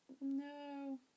No